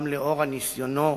גם לאור ניסיונו,